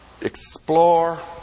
explore